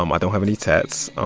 um i don't have any tats.